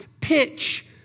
pitch